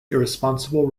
irresponsible